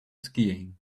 skiing